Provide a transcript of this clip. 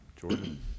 Jordan